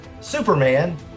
Superman